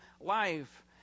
life